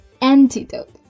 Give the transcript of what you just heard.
antidote